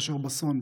אשר בסון,